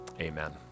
amen